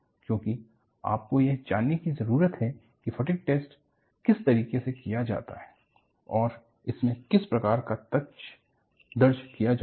क्योंकि आपको यह जानने की जरूरत है कि फटिग टेस्ट किस तरीके से किया जाता है और इसमे किस प्रकार का तथ्य दर्ज किया जाता है